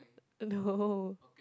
no